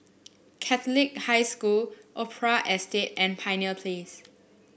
Catholic High School Opera Estate and Pioneer Place